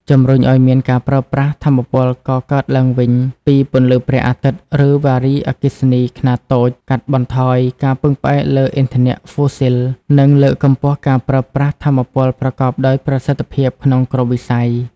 ជំរុញអោយមានការប្រើប្រាស់ថាមពលកកើតឡើងវិញ ពីពន្លឺព្រះអាទិត្យ ឬ វារីអគ្គិសនីខ្នាតតូច កាត់បន្ថយការពឹងផ្អែកលើឥន្ធនៈហ្វូស៊ីល និងលើកកម្ពស់ការប្រើប្រាស់ថាមពលប្រកបដោយប្រសិទ្ធភាពក្នុងគ្រប់វិស័យ។